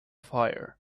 fire